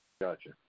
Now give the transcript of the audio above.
Gotcha